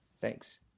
Thanks